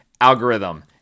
algorithm